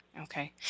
Okay